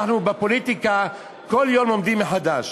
אנחנו, בפוליטיקה, כל יום לומדים מחדש.